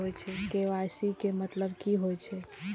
KYC के मतलब की होई छै?